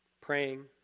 praying